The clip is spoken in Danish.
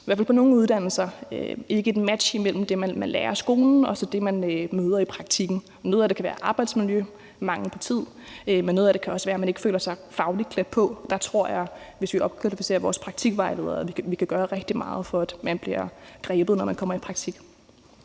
i hvert fald på nogle uddannelser ikke opleves et match mellem det, man lærer i skolen, og det, man møder i praktikken. Noget af det kan være arbejdsmiljø og mangel på tid, men noget af det kan også være, at man ikke føler sig fagligt klædt på, og der tror jeg, at hvis vi opkvalificerer vores praktikvejledere, kan vi gøre rigtig meget for, at man bliver grebet, når man kommer i praktik.